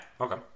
Okay